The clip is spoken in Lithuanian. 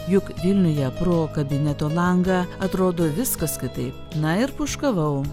juk vilniuje pro kabineto langą atrodo viskas kitaip na ir pūškavau